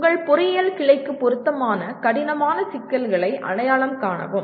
உங்கள் பொறியியல் கிளைக்கு பொருத்தமான கடினமான சிக்கல்களை அடையாளம் காணவும்